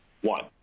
One